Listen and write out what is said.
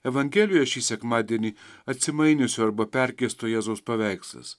evangelijoje šį sekmadienį atsimainiusio arba perkeisto jėzaus paveikslas